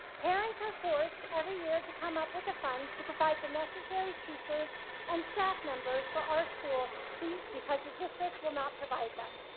parents are forced every year to come up with the funds to provide the necessary teachers and staff members for our school because the district will not provide them.